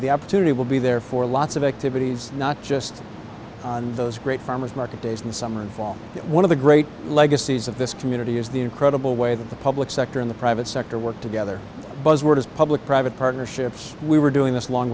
the opportunity will be there for lots of activities not just on those great farmer's market days in the summer and fall one of the great legacies of this community is the incredible way that the public sector in the private sector work together buzzwords public private partnerships we were doing this long